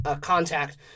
contact